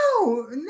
No